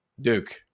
Duke